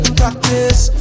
practice